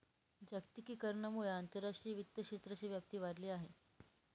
जागतिकीकरणामुळे आंतरराष्ट्रीय वित्त क्षेत्राची व्याप्ती वाढली आहे